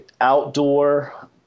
outdoor